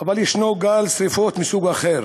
אבל יש גל שרפות מסוג אחר,